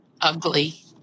ugly